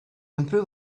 improve